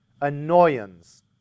annoyance